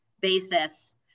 basis